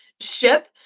ship